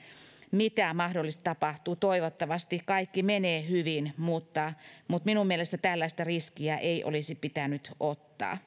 mitä mahdollisesti tapahtuu toivottavasti kaikki menee hyvin mutta mutta minun mielestäni tällaista riskiä ei olisi pitänyt ottaa